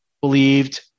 believed